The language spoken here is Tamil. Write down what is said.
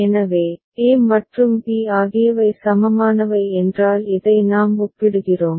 எனவே a மற்றும் b ஆகியவை சமமானவை என்றால் இதை நாம் ஒப்பிடுகிறோம்